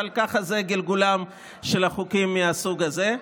אבל זה גלגולם של החוקים מהסוג הזה.